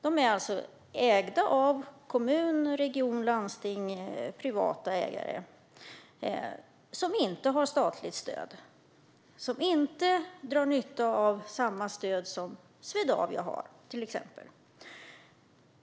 De är ägda av kommun, region, landsting eller privata ägare som inte har statligt stöd och som inte drar nytta av samma stöd som till exempel Swedavia har.